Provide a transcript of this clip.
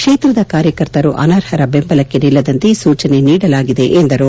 ಕ್ಷೇತ್ರದ ಕಾರ್ಯಕರ್ತರು ಅನರ್ಹರ ಬೆಂಬಲಕ್ಕೆ ನಿಲ್ಲದಂತೆ ಸೂಚನೆ ನೀಡಲಾಗಿದೆ ಎಂದರು